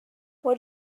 what